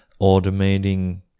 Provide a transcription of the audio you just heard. automating